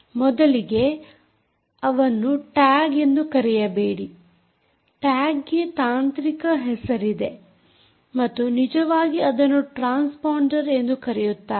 ಮೊದಲಿಗೆ ಅವನ್ನು ಟ್ಯಾಗ್ ಎಂದು ಕರೆಯಬೇಡಿ ಟ್ಯಾಗ್ ಗೆ ತಾಂತ್ರಿಕ ಹೆಸರಿದೆ ಮತ್ತು ನಿಜವಾಗಿ ಅದನ್ನು ಟ್ರಾನ್ಸ್ ಪಾಂಡರ್ ಎಂದು ಕರೆಯುತ್ತಾರೆ